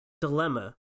dilemma